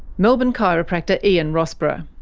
melbourne chiropractor ian rossborough.